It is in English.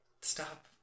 stop